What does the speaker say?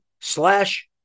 slash